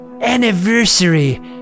anniversary